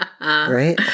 right